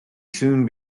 soon